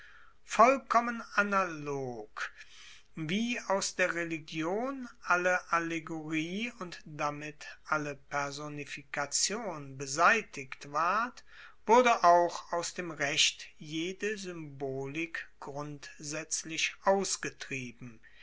vollkommen analog wie aus der religion alle allegorie und damit alle personifikation beseitigt ward wurde auch aus dem rechte jede symbolik grundsaetzlich ausgetrieben